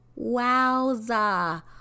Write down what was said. wowza